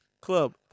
Club